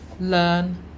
learn